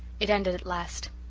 it ended at last.